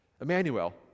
Emmanuel